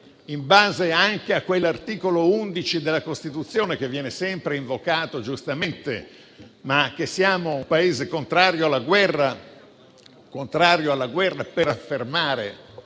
in base anche a quell'articolo 11 della Costituzione, che viene sempre invocato, giustamente, ma in base al quale siamo un Paese contrario alla guerra per negare